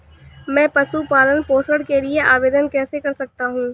मैं पशु पालन पोषण के लिए आवेदन कैसे कर सकता हूँ?